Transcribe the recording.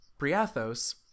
Briathos